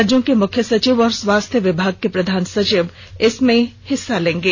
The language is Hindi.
राज्यों के मुख्य सचिव और स्वास्थ्य विभाग के प्रधान सचिव इसमें हिस्सा लेंगे